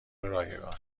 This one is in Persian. رایگان